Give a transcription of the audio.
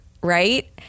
right